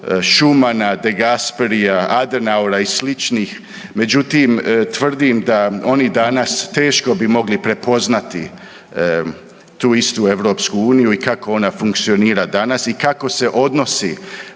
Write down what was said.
Schumana de Gasperia, Adenauera i sličnih. Međutim, tvrdim da oni danas teško bi mogli prepoznati tu istu EU i kako ona funkcionira danas i kako se odnosi